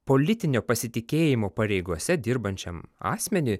politinio pasitikėjimo pareigose dirbančiam asmeniui